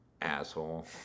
Asshole